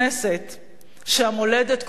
שהמולדת קודמת לליכוד,